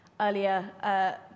earlier